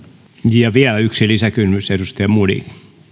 vielä yksi lisäkysymys edustaja modig